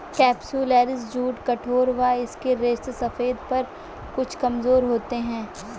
capsularis jute कठोर व इसके रेशे सफेद पर कुछ कमजोर होते हैं